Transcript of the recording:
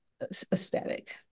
aesthetic